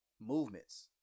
movements